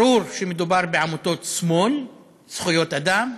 ברור שמדובר בעמותות שמאל, זכויות אדם,